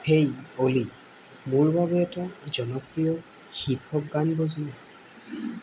হেই Ollie মোৰ বাবে এটা জনপ্ৰিয় হিপ হপ গান বজোঁৱা